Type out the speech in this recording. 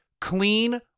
clean